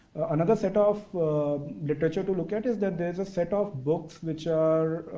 another set of literature to look at is that there's a set of books which are